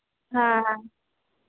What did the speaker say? हा हा